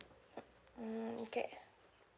mm okay